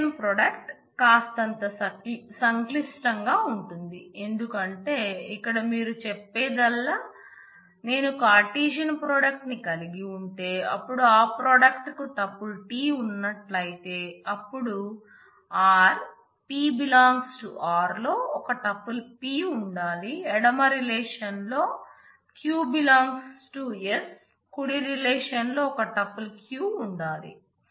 Cartesian product కుడి రిలేషన్లో ఒక టుపుల్ q ఉండాలి